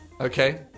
Okay